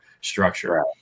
structure